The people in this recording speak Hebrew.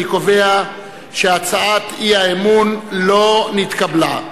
אני קובע שהצעת האי-אמון לא נתקבלה.